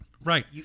Right